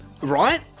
right